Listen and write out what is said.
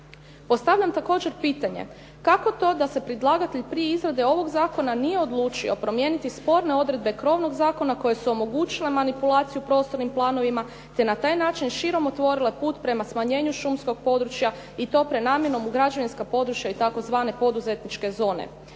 Postavljam također pitanje kako to da se predlagatelj prije izrade ovog zakona nije odlučio promijeniti sporne odredbe krovnog zakona koje su omogućile manipulaciju prostornim planovima te na taj način širom otvorile put prema smanjenju šumskog područja i to prenamjenom u građevinska područja i tzv. poduzetničke zone.